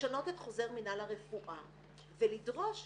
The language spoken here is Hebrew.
לשנות את חוזר מינהל הרפואה ולדרוש